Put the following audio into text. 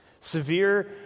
Severe